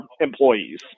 employees